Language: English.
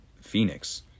Phoenix